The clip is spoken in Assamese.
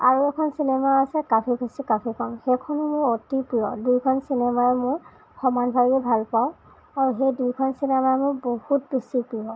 আৰু এখন চিনেমা আছে কভী খুচী কভী গম সেইখনো মোৰ অতি প্ৰিয় দুয়োখন চিনেমাই মই সমানভাৱে ভাল পাওঁ আৰু সেই দুয়োখন চিনেমাই মোৰ বহুত বেছি প্ৰিয়